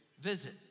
visit